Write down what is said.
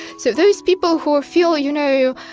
so those people who feel, you know,